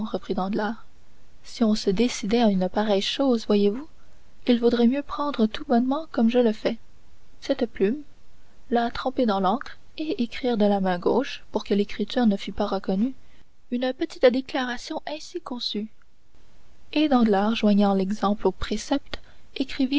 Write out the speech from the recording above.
si on se décidait à une pareille chose voyez-vous il vaudrait bien mieux prendre tout bonnement comme je le fais cette plume la tremper dans l'encre et écrire de la main gauche pour que l'écriture ne fût pas reconnue une petite dénonciation ainsi conçue et danglars joignant l'exemple au précepte